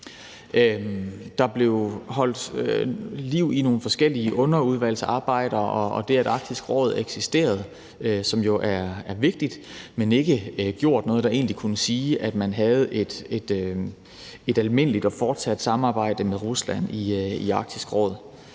Der blev holdt liv i nogle forskellige underudvalgsarbejder, og det, at Arktisk Råd eksisterer, er jo er vigtigt, men man kan ikke sige, at der har været et almindeligt og fortsat samarbejde med Rusland i Arktisk Råd.